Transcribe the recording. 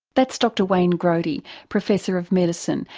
that's dr wayne grody, professor of medicine,